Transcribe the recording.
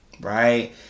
right